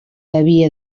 havia